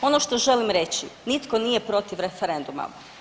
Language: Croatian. Ono što želim reći, nitko nije protiv referenduma.